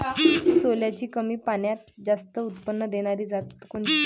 सोल्याची कमी पान्यात जास्त उत्पन्न देनारी जात कोनची?